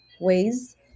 ways